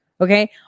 okay